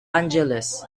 angeles